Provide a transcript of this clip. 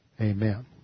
amen